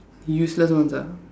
useless ones ah